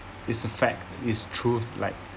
it's a fact it's truth like